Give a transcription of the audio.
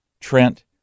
Trent